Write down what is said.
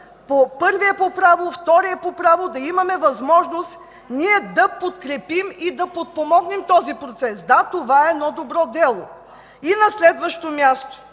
първия по право, по втория по право, да имаме възможност ние да подкрепим и подпомогнем този процес. Да, това е едно добро дело. На следващо място.